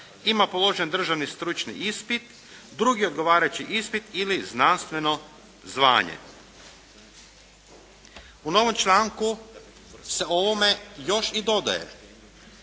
ima položen državni stručni ispit, drugi odgovarajući ispit ili znanstveno zvanje.". U novom članku se o ovome još i dodaje: